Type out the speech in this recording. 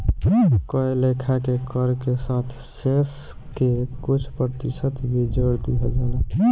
कए लेखा के कर के साथ शेष के कुछ प्रतिशत भी जोर दिहल जाला